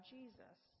Jesus